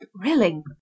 thrilling